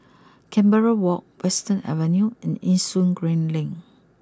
Canberra walk Western Avenue and Yishun Green Link